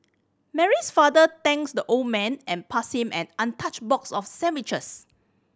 Mary's father thanked the old man and passed him an untouched box of sandwiches